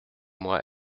moi